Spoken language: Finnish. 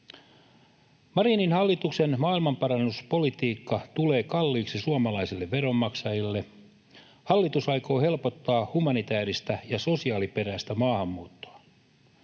Marinin hallituksen maailmanparannuspolitiikka tulee kalliiksi suomalaisille veronmaksajille. Hallitus aikoo helpottaa humanitääristä ja sosiaaliperäistä maahanmuuttoa.